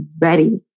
ready